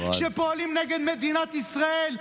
שפועלים נגד מדינת ישראל,